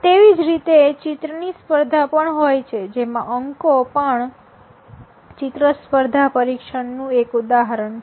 તેવી જ રીતે ચિત્રની સ્પર્ધા પણ હોય છે જેમાં અંકો પણ ચિત્ર સ્પર્ધા પરિક્ષણનું એક ઉદાહરણ છે